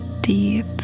deep